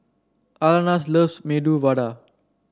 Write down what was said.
Alana loves Medu Vada